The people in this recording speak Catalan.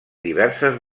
diverses